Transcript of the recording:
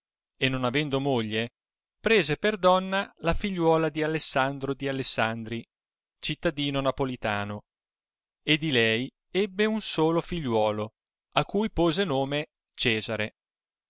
e non avendo moglie prese per donna la figliuola di alessandro di alessandri cittadino napolitano e di lei ebbe un solo figliuolo a cui pose nome cesare